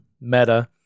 Meta